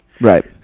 Right